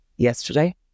yesterday